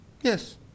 Yes